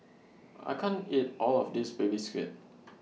I can't eat All of This Baby Squid